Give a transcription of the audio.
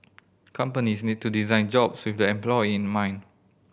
companies need to design jobs with the employee in mind